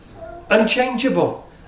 Unchangeable